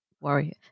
worry